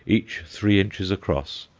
each three inches across,